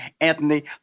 Anthony